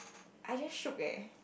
I just shook eh